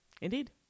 Indeed